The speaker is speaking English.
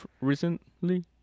recently